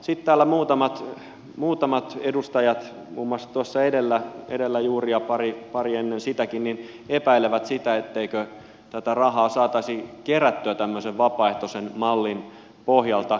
sitten täällä muutamat edustajat muun muassa edellä juuri ja pari ennen sitäkin epäilivät sitä etteikö tätä rahaa saataisi kerättyä tämmöisen vapaaehtoisen mallin pohjalta